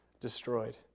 destroyed